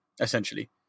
essentially